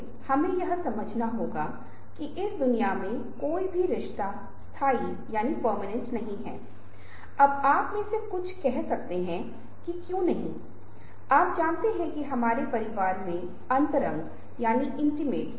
मैं बार बार इस आंकड़े पर बात करूंगा लेकिन अगर आप इन आंकड़ों पर गौर करें तो यह एक विशेष आंकड़ा है आपको लगता है कि कुछ चीजें उत्तल लगते हैं और कुछ चीजें हमारे लिए अवतल लगते है